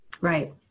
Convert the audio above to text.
right